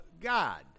God